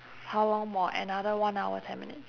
how long more another one hour ten minutes